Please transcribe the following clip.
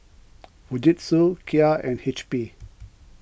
Fujitsu Kia and H P